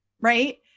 right